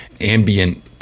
ambient